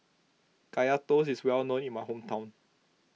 Kaya Toast is well known in my hometown